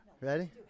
Ready